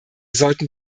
sollten